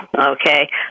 okay